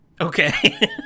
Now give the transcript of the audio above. Okay